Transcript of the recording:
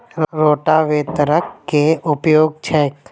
रोटावेटरक केँ उपयोग छैक?